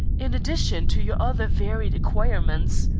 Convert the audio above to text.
in addition to your other varied acquirements.